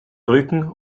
rücken